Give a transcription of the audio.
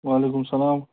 وعلیکُم السَلام